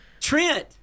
Trent